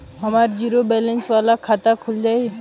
हमार zero balance वाला खाता खुल जाई?